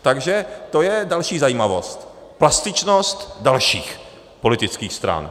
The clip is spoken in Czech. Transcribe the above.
Takže to je další zajímavost ta plastičnost dalších politických stran.